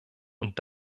und